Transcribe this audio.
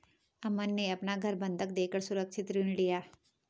अमन ने अपना घर बंधक देकर सुरक्षित ऋण लिया